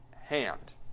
hand